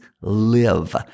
live